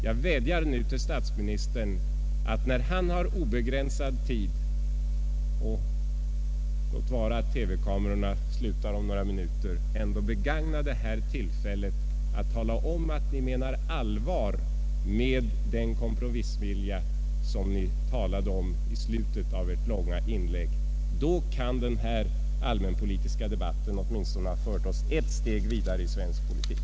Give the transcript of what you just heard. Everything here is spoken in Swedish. Jag vädjar till statsministern att när han nu har obegränsad tid — låt vara att TV-kamerorna slutar arbeta om några minuter — ändå begagna detta tillfälle att tala om att ni menar allvar med den kompromissvilja som Ni talade om i slutet av Ert långa inlägg. Då kan den här allmänpolitiska debatten åtminstone har fört oss ett steg vidare i svensk politik.